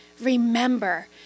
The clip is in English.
remember